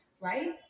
Right